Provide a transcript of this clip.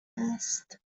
است